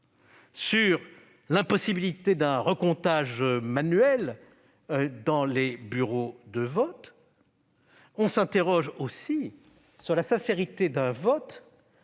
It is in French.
sur l'impossibilité d'un recomptage manuel dans les bureaux de vote. On s'interroge aussi sur la sincérité d'un vote,